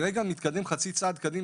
כאשר אני מתקדם חצי צעד קדימה,